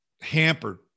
hampered